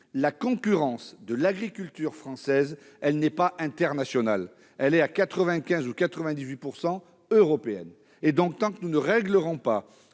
La concurrence de l'agriculture française n'est pas internationale ; elle est à 95 % ou 98 % européenne. Tant que nous ne réglerons pas